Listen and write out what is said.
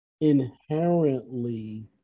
inherently